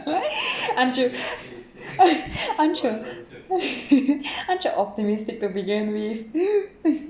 aren't you aren't you aren't you optimistic to begin with